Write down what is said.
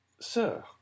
Sir